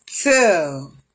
two